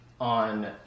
on